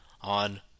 on